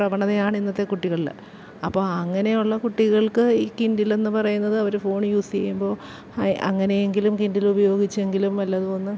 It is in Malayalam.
പ്രവണതയാണ് ഇന്നത്തെ കുട്ടികളില് അപ്പോള് അങ്ങനെയുള്ള കുട്ടികൾക്ക് ഈ കിൻഡിലെന്ന് പറയുന്നത് അവര് ഫോണ് യൂസ്യ്യുമ്പോള് അ അങ്ങനെയെങ്കിലും കിൻഡിലുപയോഗിച്ചെങ്കിലും വല്ലതുവൊന്ന്